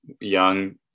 young